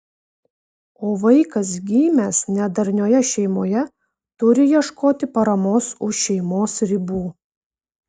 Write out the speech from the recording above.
o vaikas gimęs nedarnioje šeimoje turi ieškoti paramos už šeimos ribų